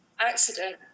accident